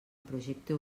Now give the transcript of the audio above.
projecte